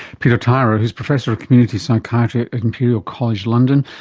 peter tyrer, who's professor of community psychiatry at imperial college london.